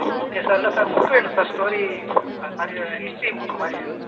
okay sir இல்லை sir book வேணும் sir story அதுமாதிரி ஹிஸ்ட்ரி புக்கு மாதிரி வேணும் சார்